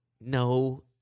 No